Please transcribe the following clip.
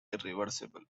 irreversible